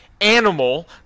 animal